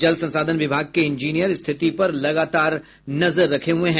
जल संसाधन विभाग के ईंजीनियर स्थिति पर लगातार नजर रखे हुए है